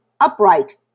upright